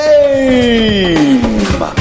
Game